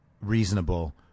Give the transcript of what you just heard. Reasonable